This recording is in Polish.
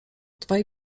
dwaj